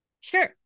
Sure